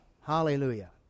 Hallelujah